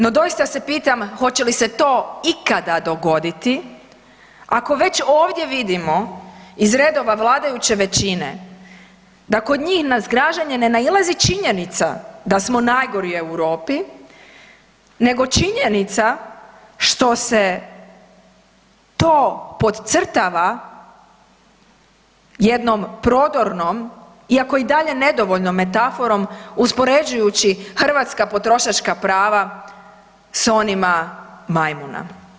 No doista se pitam hoće li se to ikada dogoditi ako već ovdje vidimo iz redova vladajuće većine, da kod njih na zgražanje ne nailazi činjenica smo najgori u Europi, nego činjenica što se to podcrtava jednom prodornom iako i dalje nedovoljnom metaforom uspoređujući hrvatska potrošačka prava s onima majmuna.